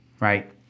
right